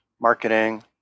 marketing